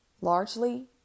Largely